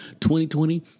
2020